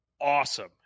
awesome